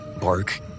Bark